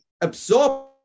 absorb